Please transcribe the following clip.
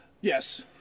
Yes